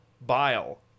bile